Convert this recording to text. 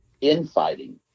infighting